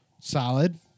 Solid